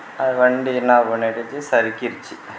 அது வண்டி என்ன பண்ணிடுச்சு சறுக்கிடுச்சு